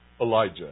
Elijah